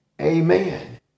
Amen